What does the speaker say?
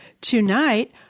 Tonight